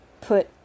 put